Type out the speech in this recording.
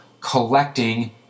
collecting